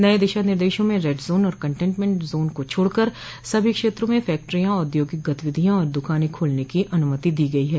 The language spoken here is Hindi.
नए दिशा निर्देशों में रेड जोन और कंटनमेंट जोन को छोड़कर सभी क्षेत्रों में फैक्ट्रियां औद्योगिक गतिविधियां और दुकानें खोलने की अनुमति दी गई है